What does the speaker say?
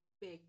big